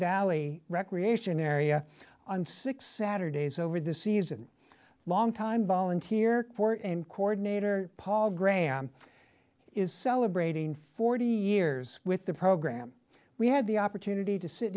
valley recreation area on six saturdays over the season long time volunteer corps in coordinator paul graham is celebrating forty years with the program we had the opportunity to sit